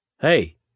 Hey